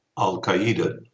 Al-Qaeda